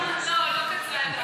לא, לא קצרה ידו.